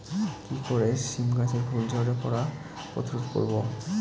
কি করে সীম গাছের ফুল ঝরে পড়া প্রতিরোধ করব?